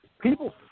People